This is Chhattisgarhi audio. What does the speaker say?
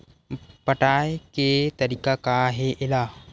पटाय के तरीका का हे एला?